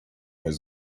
has